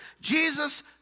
Jesus